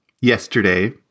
yesterday